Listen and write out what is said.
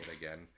again